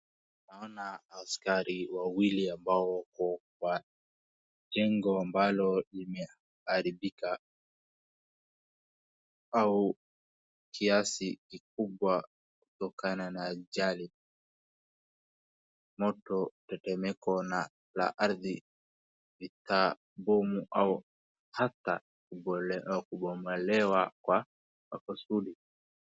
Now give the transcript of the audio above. Naona askari wawili ambao wako kwa jengo ambalo limeharibika au kiasi kikubwa kutokana na ajali, moto, mtetemeko la ardhi, vita, bomu au hata kubomolewa kwa maksudi.